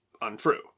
untrue